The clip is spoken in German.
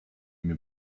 mir